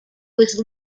was